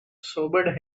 sobered